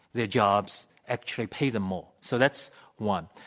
their jobs actually pay them more. so that's one.